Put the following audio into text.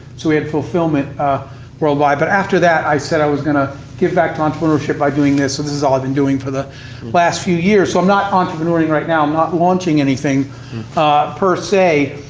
so we had fulfillment worldwide. but after that, i said i was gonna give back to entrepreneurship by doing this, so this is all i've been doing for the last few years. so i'm not entrepreneur-ing right now. i'm not launching anything per se.